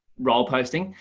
role posting,